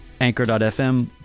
anchor.fm